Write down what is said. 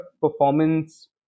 performance